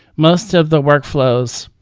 most of the workflows